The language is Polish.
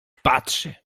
patrzy